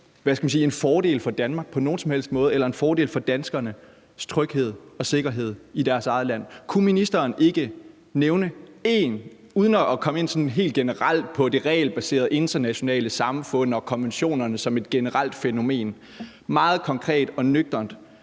en fordel for Danmark på nogen som helst måde eller en fordel for danskernes tryghed og sikkerhed i deres eget land. Kunne ministeren ikke uden at komme sådan helt generelt ind på det regelbaserede internationale samfund og konventionerne som et generelt fænomen meget konkret og nøgternt